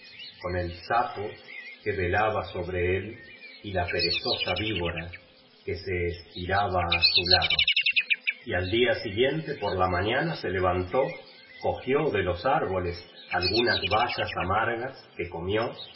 con el sapo que velaba sobre él y la perezosa víbora que se estiraba á su lado y al día siguiente por la mañana se levantó cogió de los árboles algunas ba as amargas que comió